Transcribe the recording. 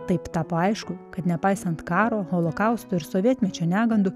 taip tapo aišku kad nepaisant karo holokausto ir sovietmečio negandų